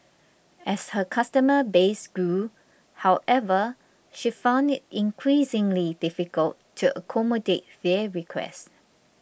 as her customer base grew however she found it increasingly difficult to accommodate their requests